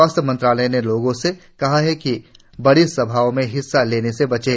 स्वास्थ्यमंत्रालय ने लोगों से कहा है कि बड़ी सभाओं में हिस्सा लेने से बचें